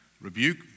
rebuke